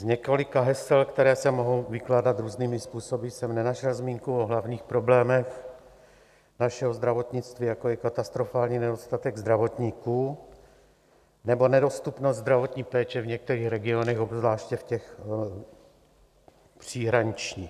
Z několika hesel, která se mohou vykládat různými způsoby, jsem nenašel zmínku o hlavních problémech našeho zdravotnictví, jako je katastrofální nedostatek zdravotníků nebo nedostupnost zdravotní péče v některých regionech, obzvláště v těch příhraničních.